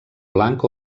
blanc